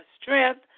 strength